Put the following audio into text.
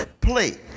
play